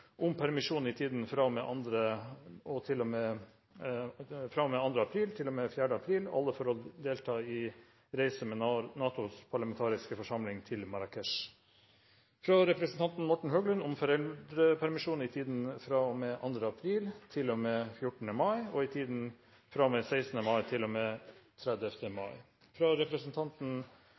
om permisjon i tiden fra og med 2. april til og med 4. april – alle for å delta i reise med NATOs parlamentariske forsamling til Marrakech fra representanten Morten Høglund om foreldrepermisjon i tiden fra og med 2. april til og med 14. mai og i tiden fra og med 16. mai til og med 30. mai fra representanten